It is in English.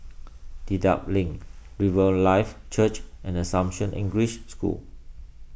Dedap Link Riverlife Church and Assumption English School